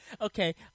Okay